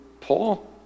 Paul